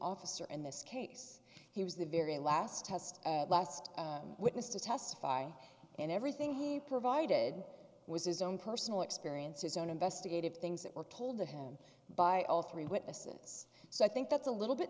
officer in this case he was the very last test last witness to testify and everything he provided was his own personal experience his own investigative things that were told to him by all three witnesses so i think that's a little bit